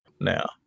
Now